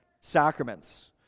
sacraments